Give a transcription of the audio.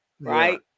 right